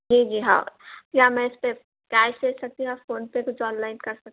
جی جی ہاں کیا میں اس پہ کیش دے سکتی ہوں یا فون پے سے جو آن لائن کر سکتا